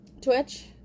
Twitch